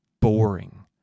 boring